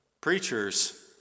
preacher's